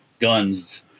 guns